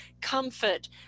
comfort